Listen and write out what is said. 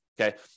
Okay